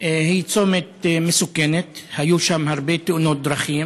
הוא צומת מסוכן, והיו שם הרבה תאונות דרכים.